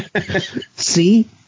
See